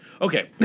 Okay